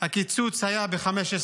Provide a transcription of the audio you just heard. הקיצוץ היה ב-15%.